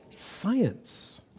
science